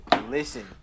Listen